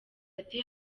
ati